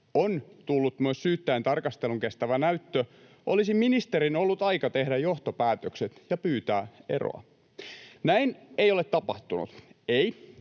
on tullut myös syyttäjän tarkastelun kestävä näyttö, olisi ministerin ollut aika tehdä johtopäätökset ja pyytää eroa. Näin ei ole tapahtunut. Ei,